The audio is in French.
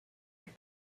une